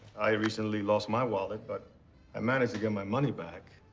i recently lost my wallet, but i managed to get my money back.